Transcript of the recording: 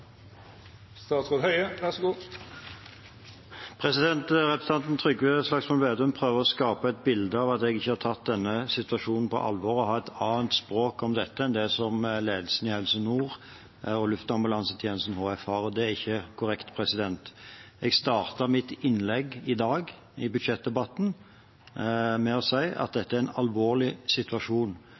Representanten Trygve Slagsvold Vedum prøver å skape et bilde av at jeg ikke har tatt denne situasjonen på alvor, og at jeg har et annet språk om dette enn det ledelsen i Helse Nord og Luftambulansetjenesten HF har. Det er ikke korrekt. Jeg startet mitt innlegg i budsjettdebatten i dag med å si at dette er en alvorlig situasjon,